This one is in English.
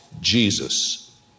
Jesus